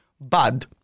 bad